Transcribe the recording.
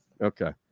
Okay